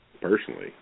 Personally